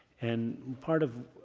and part of,